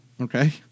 Okay